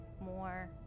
more